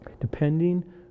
depending